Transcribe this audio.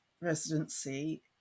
residency